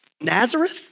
Nazareth